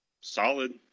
Solid